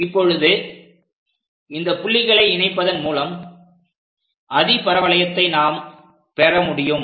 இப்பொழுது இந்த புள்ளிகளை இணைப்பதன் மூலம் அதிபரவளையத்தை நாம் பெற முடியும்